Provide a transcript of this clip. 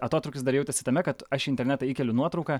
atotrūkis dar jautėsi tame kad aš internete įkeliu nuotrauką